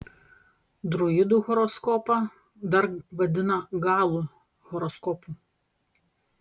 druidų horoskopą dar vadina galų horoskopu